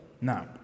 Now